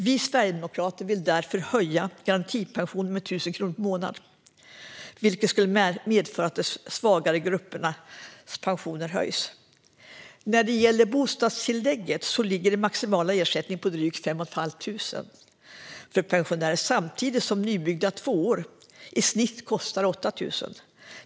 Vi sverigedemokrater vill därför höja garantipensionen med 1 000 kronor per månad, vilket skulle medföra att de svagare gruppernas pensioner höjs. När det gäller bostadstillägget ligger den maximala ersättningen i dag på drygt 5 500 kronor i månaden för pensionärer samtidigt som nybyggda tvåor i snitt kostar 8 000 kronor i månaden.